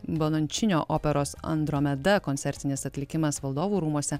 balančinio operos andromeda koncertinis atlikimas valdovų rūmuose